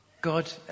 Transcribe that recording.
God